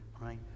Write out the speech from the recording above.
right